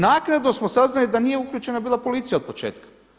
Naknadno smo saznali da nije uključena bila policija od početka.